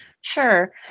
Sure